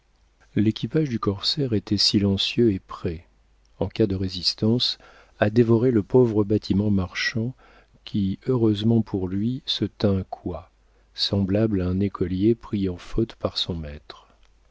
l'équipage du corsaire était silencieux et prêt en cas de résistance à dévorer le pauvre bâtiment marchand qui heureusement pour lui se tint coi semblable à un écolier pris en faute par son maître